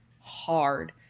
hard